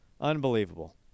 Unbelievable